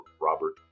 Robert